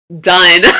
done